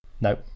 No